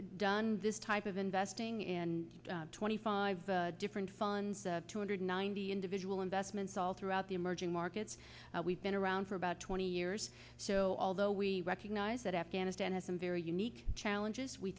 has done this type of investing in twenty five different funds two hundred ninety individual investments all throughout the emerging markets we've been around for about twenty years so although we recognize that afghanistan has some very unique challenges we